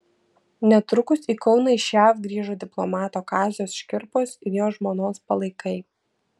netrukus į kauną iš jav grįžo diplomato kazio škirpos ir jo žmonos palaikai